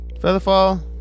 Featherfall